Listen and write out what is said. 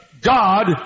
God